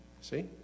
see